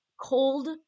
cold